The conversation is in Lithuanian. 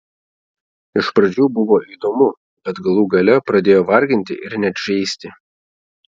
iš pradžių buvo įdomu bet galų gale pradėjo varginti ir net žeisti